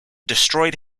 destroyed